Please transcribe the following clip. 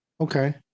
Okay